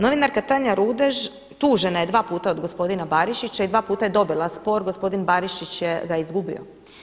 Novinarka Tanja Rudež tužena je dva puta od gospodina Barišića i dva puta je dobila spor, gospodin Barišić ga je izgubio.